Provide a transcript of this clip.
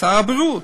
שר הבריאות,